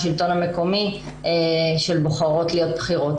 השלטון המקומי של "בוחרות להיות בכירות".